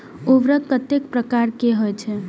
उर्वरक कतेक प्रकार के होई छै?